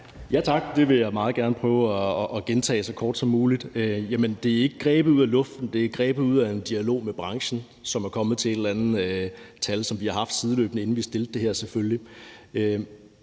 (LA): Det vil jeg meget gerne prøve at gentage så kort som muligt. Det er ikke grebet ud af den blå luft; det er grebet ud af en dialog med branchen, som er kommet frem til et eller andet tal, som vi selvfølgelig har haft, inden vi fremsatte det her forslag.